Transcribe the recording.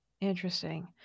Interesting